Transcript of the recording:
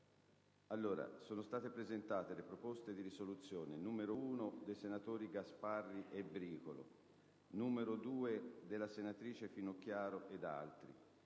sono state presentate le seguenti proposte di risoluzione: n. 1, dei senatori Gasparri e Bricolo; n. 2, della senatrice Finocchiaro e di altri